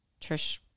Trish